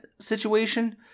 situation